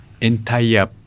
entire